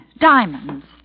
Diamonds